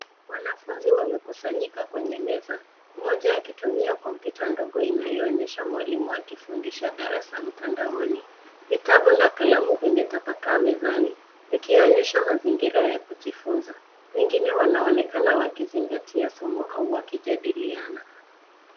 Wanafunzi wamekusanyika kwenye meza moja akitumia kompyuta ndogo inayoonyesha mwalimu akifundisha darasa mtandaoni, vitabu na kalamu vimetapakaa likionyesha mazingira ya kujifunza wengine wanaonekana wakizingatia somo au wakijadiliana.